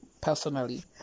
personally